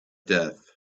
death